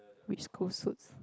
which school suits